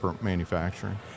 manufacturing